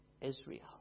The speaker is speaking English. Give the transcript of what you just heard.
Israel